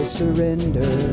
surrender